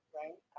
right